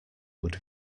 would